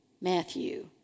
Matthew